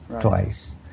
twice